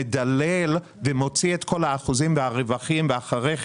שמדלל ומוציא את כל האחוזים והרווחים ואחר כך